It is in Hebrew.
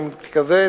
אני מתכוון,